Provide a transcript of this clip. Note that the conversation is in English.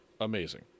Amazing